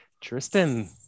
Tristan